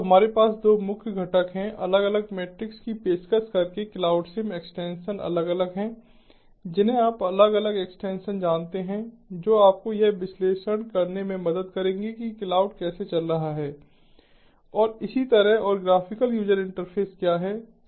तो हमारे पास 2 मुख्य घटक हैं अलग अलग मेट्रिक्स की पेशकश करके क्लाउडसिम एक्सटेंशन अलग अलग हैं जिन्हें आप अलग अलग एक्सटेंशन जानते हैं जो आपको यह विश्लेषण करने में मदद करेंगे कि क्लाउड कैसे चल रहा है और इसी तरह और ग्राफिकल यूजर इंटरफेस क्या है